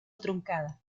truncada